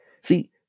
See